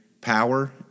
power